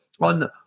on